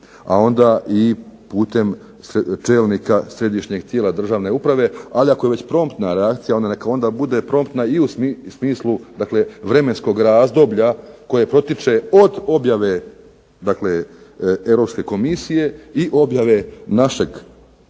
a onda putem čelnika središnjeg tijela državne uprave. Ali ako je već promptna reakcija onda neka bude promptna i u smislu vremenskog razdoblja koje protiče od objave Europske komisije i objave našeg